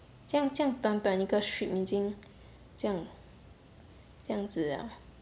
这样这样短短一个 strip 已经这样这样子 liao